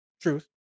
truth